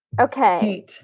Okay